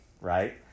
right